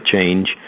change